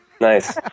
Nice